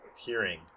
hearing